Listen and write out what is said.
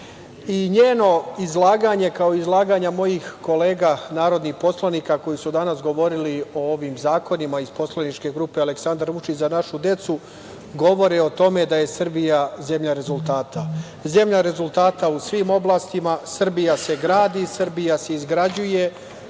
Njeno izlaganje, kao i izlaganje mojih kolega narodnih poslanika koji su danas govorili o ovim zakonima iz poslaničke grupe "Aleksandar Vučić - Za našu decu", govori o tome da je Srbija zemlja rezultata. Zemlja rezultata u svim oblastima. Srbija se gradi, Srbija se izgrađuje,